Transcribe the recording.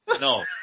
no